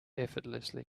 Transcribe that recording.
effortlessly